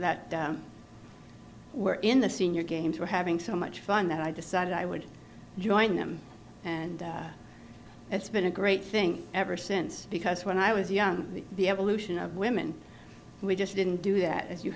that we're in the senior games we're having so much fun that i decided i would join them and it's been a great thing ever since because when i was younger the evolution of women who just didn't do that as you